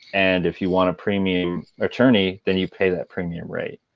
and if you want a premium attorney, then you pay that premium rate.